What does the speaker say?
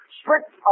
strict